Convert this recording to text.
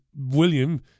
William